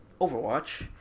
Overwatch